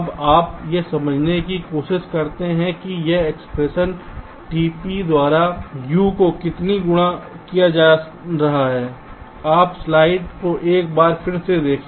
अब हम यह समझने की कोशिश करते हैं कि यह एक्सप्रेशन tp द्वारा U को कितनी गुणा किया जा रहा है आप स्लाइड को एक बार फिर से देखें